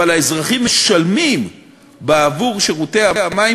אבל האזרחים משלמים בעבור שירותי המים